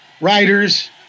writers